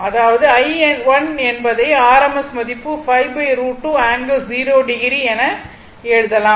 அதாவது i1 என்பதை rms மதிப்பு 5√2 ∠0o என எழுதலாம்